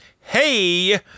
Hey